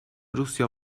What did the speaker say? rusya